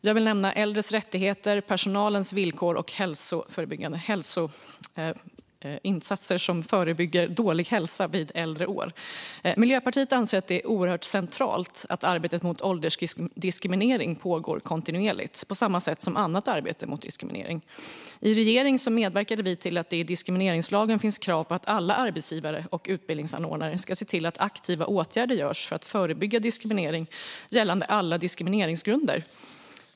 Jag vill nämna äldres rättigheter, personalens villkor och hälsoinsatser som förebygger dålig hälsa för äldre. Miljöpartiet anser att det är oerhört centralt att arbetet mot åldersdiskriminering pågår kontinuerligt, på samma sätt som annat arbete mot diskriminering. I regeringen medverkade vi till att det i diskrimineringslagen finns krav på att alla arbetsgivare och utbildningsanordnare ska se till att aktiva åtgärder vidtas för att förebygga diskriminering gällande alla diskrimineringsgrunder.